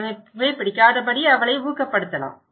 எனவே புகைபிடிக்காதபடி அவளை ஊக்கப்படுத்தலாம்